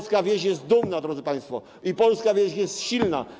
Polska wieś jest dumna, drodzy państwo, i polska wieś jest silna.